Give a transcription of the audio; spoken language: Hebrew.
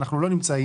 שאנחנו לא נמצאים.